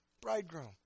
bridegroom